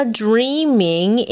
dreaming